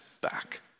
back